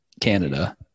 Canada